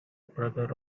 brother